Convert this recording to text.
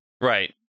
right